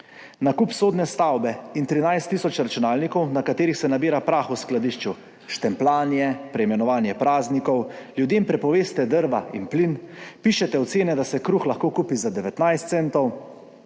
Nakup sodne stavbe in 13 tisoč računalnikov, na katerih se nabira prah v skladišču, štempljanje, preimenovanje praznikov, ljudem prepoveste drva in plin, pišete ocene, da se kruh lahko kupi za 19 centov,